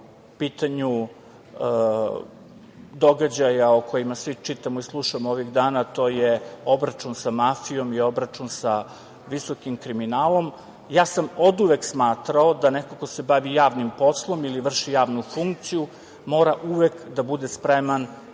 po pitanju događaja o kojima svi čitamo i slušamo ovih dana, to je obračun sa mafijom i obračun sa visokim kriminalom. Oduvek sam smatrao da neko ko se bavi javnim poslom ili vrši javnu funkciju mora uvek da bude spreman